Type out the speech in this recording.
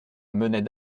menait